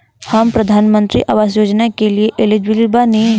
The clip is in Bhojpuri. हम प्रधानमंत्री आवास योजना के लिए एलिजिबल बनी?